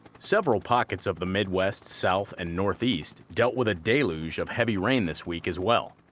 several pockets of the midwest, south and northeast dealt with a deluge of heavy rain this week as well.